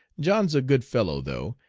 john's a good fellow though,